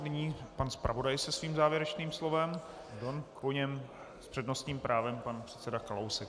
Nyní pan zpravodaj se svým závěrečným slovem, po něm s přednostním právem pan předseda Kalousek.